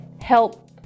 help